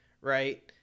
Right